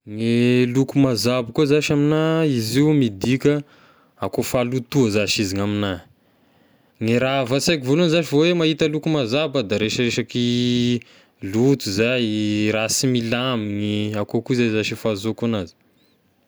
Gne loko mazabo koa zashy amigna izy io midika akoa fahalotoa zashy izy ny amigna, ny raha avy an-saiko voalohany zashy vao hoe mahita loko mazabo aho da resaresaky loto zay, raha sy milaminy, akoa koa zashy e fahazahoko agnazy.